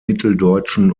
mitteldeutschen